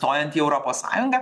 stojant į europos sąjungą